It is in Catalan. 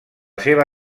seva